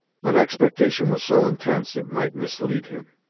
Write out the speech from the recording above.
but expectation was so intense it might mislead him.